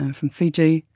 ah from fiji,